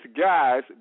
guys